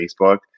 Facebook